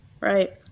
Right